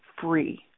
free